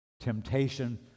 temptation